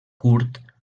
curt